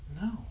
no